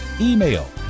email